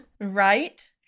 Right